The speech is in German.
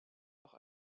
noch